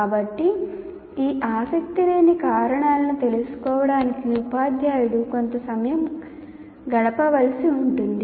కాబట్టి ఈ ఆసక్తిలేని కారణాలను తెలుసుకోవడానికి ఉపాధ్యాయుడు కొంత సమయం గడపవలసి ఉంటుంది